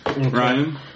Ryan